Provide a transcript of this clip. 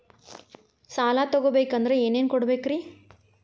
ಸಾಲ ತೊಗೋಬೇಕಂದ್ರ ಏನೇನ್ ಕೊಡಬೇಕ್ರಿ?